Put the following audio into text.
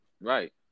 Right